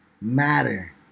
matter